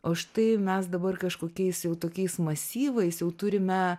o štai mes dabar kažkokiais jau tokiais masyvais jau turime